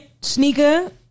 sneaker